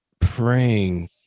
praying